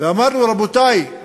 ואמרנו, רבותי,